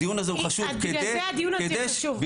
הדיון הזה הוא חשוב כדי --- בגלל זה הדיון הזה חשוב.